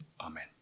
Amen